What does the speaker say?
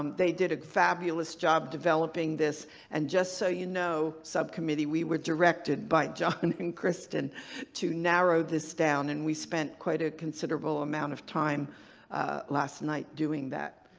um they did a fabulous job developing this and just so you know, subcommittee, we were directed by john and and kristen to narrow this down and we spent quite a considerable amount of time last night doing that.